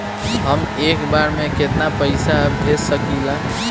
हम एक बार में केतना पैसा भेज सकिला?